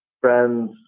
friends